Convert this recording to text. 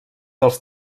dels